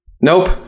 Nope